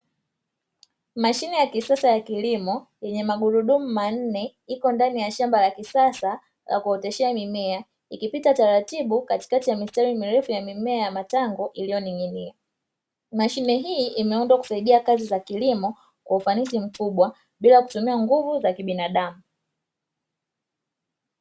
Mashine ya kisasa ya kilimo yenye magurudumu manne iko ndani ya shamba la kisasa la kuoteshea mimea, ikipita taratibu katikati ya mistari mirefu ya mimea ya matango iliyoning'inia. Mashine hii imeundwa kusaidia kazi za kilimo bila kutumia nguvu za kibinadamu.